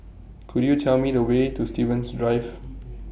Could YOU Tell Me The Way to Stevens Drive